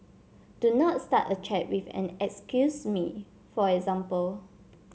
do not start a chat with an excuse me for example